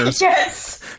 Yes